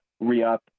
re-up